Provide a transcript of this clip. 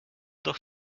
doch